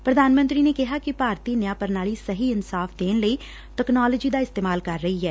ਪ੍ਰਧਾਨ ਪ੍ਰਧਾਨ ਮੰਤਰੀ ਨੇ ਕਿਹਾ ਕਿ ਭਾਰਤੀ ਨਿਆਂ ਪ੍ਰਣਾਲੀ ਸਹੀ ਇਨਸਾਫ਼ ਦੇਣ ਲਈ ਤਕਨਾਲੋਜੀ ਦਾ ਇਸਤੇਮਾਲ ਕਰ ਰਹੀ ਐ